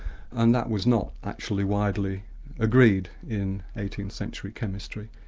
and that was not actually widely agreed in eighteenth century chemistry.